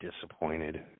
disappointed